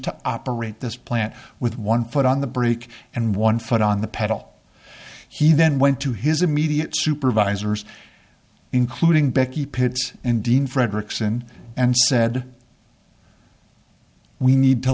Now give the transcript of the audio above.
to operate this plant with one foot on the brake and one foot on the pedal he then went to his immediate supervisors including becky pitts and dean fredrickson and said we need to